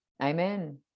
amen